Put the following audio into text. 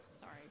Sorry